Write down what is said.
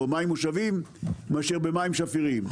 במים מושבים מאשר במים שפירים.